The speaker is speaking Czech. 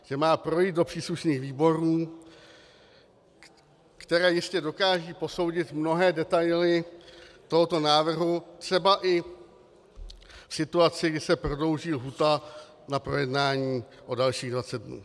Že má projít do příslušných výborů, které jistě dokážou posoudit mnohé detaily tohoto návrhu, třeba i situaci, kdy se prodlouží lhůta na projednání o dalších 20 dnů.